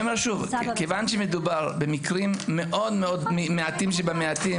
כיוון שמדובר במקרים מאוד מעטים שבמעטים